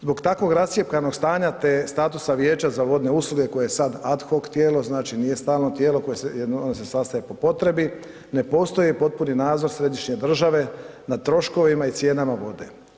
Zbog takvog rascjepkanog stanja te statusa vijeća za vodne usluge koje je sad ah hoch tijelo, znači nije stalno tijelo koje se, ono se sastaje po potrebi, ne postoji potpuni nadzor središnje države na troškovima i cijenama vode.